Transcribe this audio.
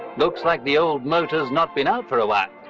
looks like the old motor's not been out for a while.